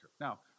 Now